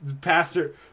pastor